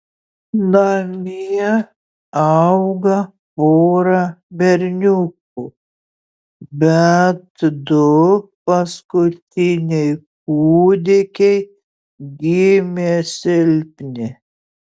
namie auga pora berniukų bet du paskutiniai kūdikiai gimė silpni